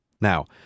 now